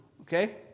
Okay